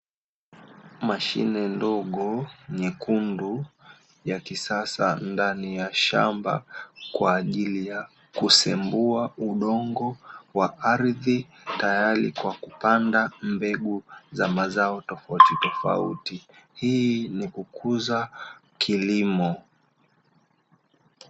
Mashine ndogo nyekundu nyekundu ya kisasa ndani ya shamba kwa ajili ya kusembua udongo wa ardhi tayari kwa kupanda mbegu za mazao tofauti tofauti, hii ni kukuza kilimo.